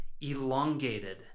elongated